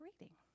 reading